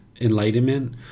enlightenment